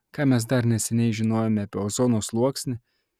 ką mes dar neseniai žinojome apie ozono sluoksnį